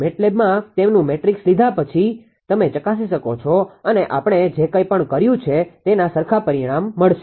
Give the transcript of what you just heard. MATLABમાં તેમનું મેટ્રિક્સ લખી લીધા પછી તમે ચકાસી શકો છો અને આપણે જે કંઇ કર્યું છે તેના સરખા પરિણામ મળશે